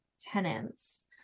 tenants